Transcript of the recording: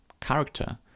character